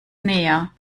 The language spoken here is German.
näher